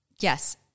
Yes